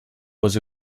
was